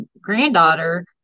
granddaughter